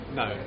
no